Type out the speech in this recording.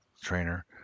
trainer